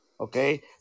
Okay